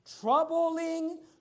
troubling